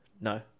No